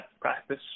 practice